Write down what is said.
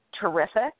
terrific